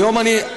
היום אני,